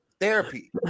therapy